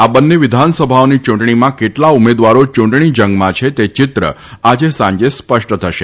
આ બંને વિધાનસભાઓની યૂંટણીમાં કેટલા ઉમેદવારો યૂંટણી જંગમાં છે તે ચિત્ર આજે સાંજે સ્પષ્ટ થશે